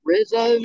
Rizzo